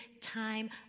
time